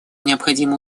необходимо